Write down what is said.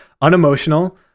unemotional